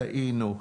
טעינו,